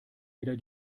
wieder